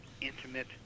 intimate